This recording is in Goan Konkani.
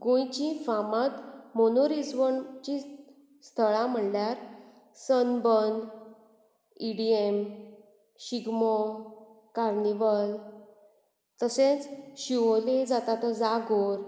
गोंयची फामाद मनरिजवणचीं स्थळां म्हणल्यार सनबर्न ईडिएम शिगमो कार्निवल तशेंच शिवोली जाता तो जागोर